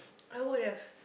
I would have